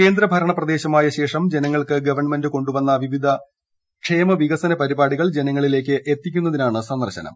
കേന്ദ്രഭരണ പ്രദേശമായ ഗവൺമെന്റ് കൊണ്ടുവന്ന വിവിധ ക്ഷേമ വികസന പരിപാടികൾ ജനങ്ങളിലേക്ക് എത്തിക്കുന്നതിനാണ് സന്ദർശനം